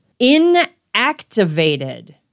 inactivated